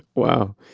wow.